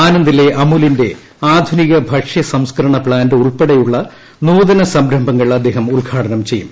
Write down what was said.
ആനന്ദിലെ അമുലിന്റെ ആധുനിക ഭക്ഷ്യ സംസ്ക്കരണ പ്ലാന്റ് ഉൾപ്പെടെയുള്ള നൂതന സംരംഭങ്ങൾ അദ്ദേഹം ഉദ്ഘാടനം ചെയ്യും